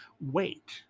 Wait